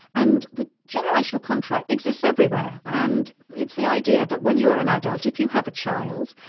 and the generational contract exists everywhere. and it's the idea that when you are an ah adult, if you have a child,